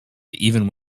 even